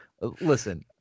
Listen